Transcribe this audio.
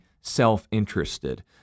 self-interested